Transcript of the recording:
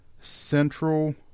Central